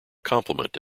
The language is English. complement